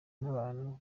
n’abantu